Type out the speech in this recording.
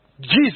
Jesus